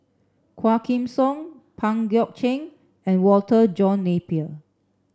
Quah Kim Song Pang Guek Cheng and Walter John Napier